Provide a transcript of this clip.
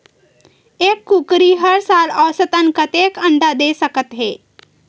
एक कुकरी हर साल औसतन कतेक अंडा दे सकत हे?